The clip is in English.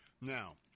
Now